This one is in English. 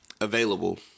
available